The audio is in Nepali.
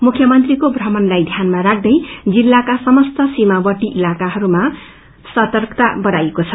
मुख्यमंत्रीको प्रमणलाई ध्यानामा राख्दै जिल्तकासमस्त सीामावर्ती इलाकामा सर्तकता बढ़ाइएको छ